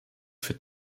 für